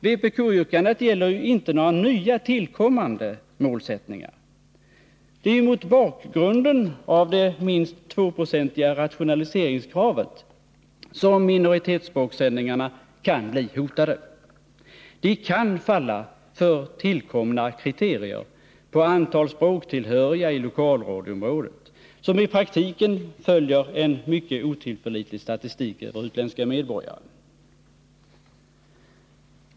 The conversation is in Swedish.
Vpk-yrkandet gäller inte några nya, tillkommande målsättningar. Det är mot bakgrunden av det minst 2-procentiga rationaliserings kravet som minoritetsspråkssändningarna kan bli hotade. De kan falla för tillkomna kriterier på antal språktillhöriga i lokalradioområdet, som i praktiken följer en mycket otillförlitlig statistik över utländska medborgare.